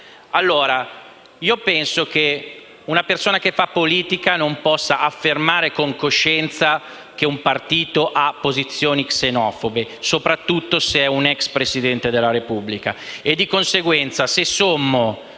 xenofobe». Penso che una persona che fa politica non possa affermare con coscienza che un partito ha posizioni xenofobe, soprattutto se è un ex Presidente della Repubblica.